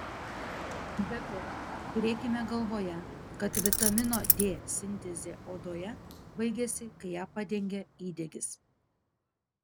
be to turėkime galvoje kad vitamino d sintezė odoje baigiasi kai ją padengia įdegis